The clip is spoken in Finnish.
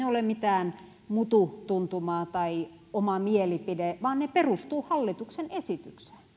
ole mitään mututuntumaa tai oma mielipiteeni vaan ne perustuvat hallituksen esitykseen